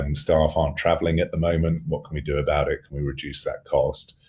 and staff aren't traveling at the moment, what can we do about it? can we reduce that cost?